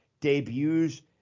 debuts